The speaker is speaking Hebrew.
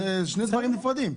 זה שני דברים נפרדים.